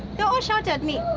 they'll all shout at me,